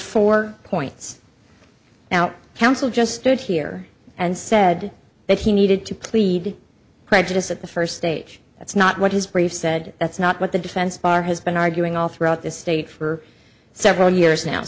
four points now counsel just stood here and said that he needed to plead prejudice at the first stage that's not what his brief said that's not what the defense bar has been arguing all throughout this state for several years now